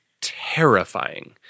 terrifying